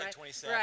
Right